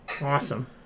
Awesome